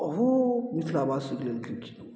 बहुत मिथिला बासीके लेल कयलखिन ओ